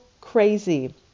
crazy